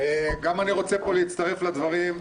גם אני רוצה להצטרף לדברים.